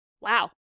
Wow